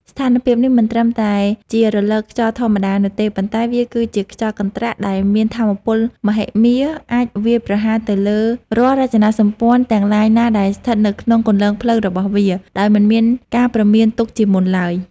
ស្ថានភាពនេះមិនត្រឹមតែជារលកខ្យល់ធម្មតានោះទេ ប៉ុន្តែវាគឺជា ខ្យល់កន្ត្រាក់ ដែលមានថាមពលមហិមា អាចវាយប្រហារទៅលើរាល់រចនាសម្ព័ន្ធទាំងឡាយណាដែលស្ថិតនៅក្នុងគន្លងផ្លូវរបស់វា ដោយមិនមានការព្រមានទុកជាមុនឡើយ។